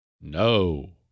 No